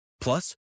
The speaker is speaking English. Plus